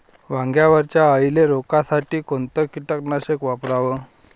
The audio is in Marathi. वांग्यावरच्या अळीले रोकासाठी कोनतं कीटकनाशक वापराव?